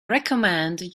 recommend